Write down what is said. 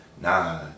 nah